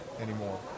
anymore